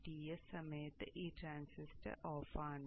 Ts സമയത്ത് ഈ transistor ഓഫാണ്